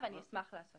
אמרנו שהוא מצא שיש 7%,